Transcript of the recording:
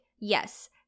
Yes